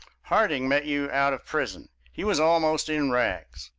harding met you out of prison. he was almost in rags.